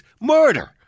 Murder